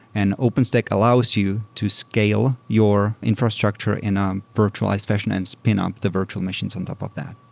and open stack allows you to scale your infrastructure in a virtualized fashion and spin up the virtual machines on top of that.